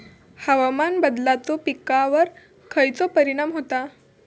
हवामान बदलाचो पिकावर खयचो परिणाम होता?